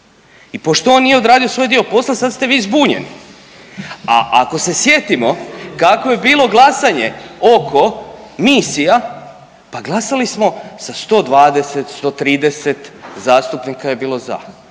I pošto on nije odradio svoj dio posla sad ste vi zbunjeni. A ako se sjetimo kako je bilo glasanje oko misija, pa glasali smo sa 120, 130 zastupnika je bilo za,